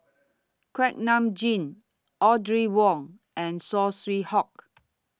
Kuak Nam Jin Audrey Wong and Saw Swee Hock